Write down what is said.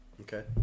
Okay